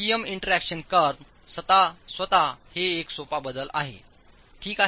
P M interaction curve स्वतः हे एक सोपा बदल आहे ठीक आहे